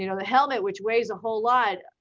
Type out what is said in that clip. you know the helmet which weighs a whole lot,